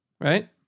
right